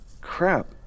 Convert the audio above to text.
Crap